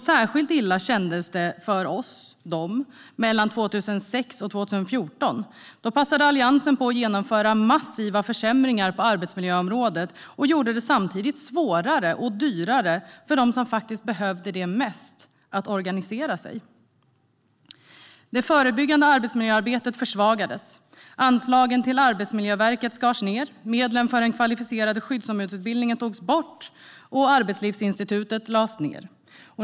Särskilt illa kändes det för oss och dem 2006-2014. Då passade Alliansen på att genomföra massiva försämringar på arbetsmiljöområdet och gjorde det samtidigt svårare och dyrare för dem som faktiskt behövde det mest att organisera sig. Det förebyggande arbetsmiljöarbetet försvagades. Anslagen till Arbetsmiljöverket skars ned, medlen för den kvalificerade skyddsombudsutbildningen togs bort, och Arbetslivsinstitutet lades ned.